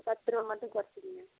பத்துருவா மட்டும் குறச்சிக்கிங்க